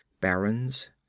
barons